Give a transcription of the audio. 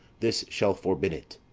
this shall forbid it.